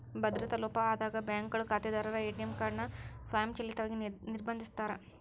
ಭದ್ರತಾ ಲೋಪ ಆದಾಗ ಬ್ಯಾಂಕ್ಗಳು ಖಾತೆದಾರರ ಎ.ಟಿ.ಎಂ ಕಾರ್ಡ್ ನ ಸ್ವಯಂಚಾಲಿತವಾಗಿ ನಿರ್ಬಂಧಿಸಿರ್ತಾರ